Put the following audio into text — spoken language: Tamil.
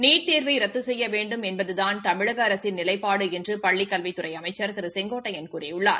நீட் தேர்வை ரத்து செய்ய வேண்டும் என்பதுதான் தமிழக அரசின் நிலைப்பாடு என்று பள்ளிக் கல்வித்துறை அமைச்சர் திரு செங்கோட்டையன் கூறியுள்ளார்